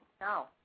No